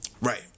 right